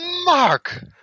Mark